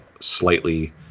slightly